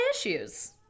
issues